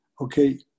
Okay